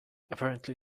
apparently